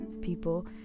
people